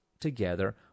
together